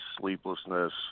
sleeplessness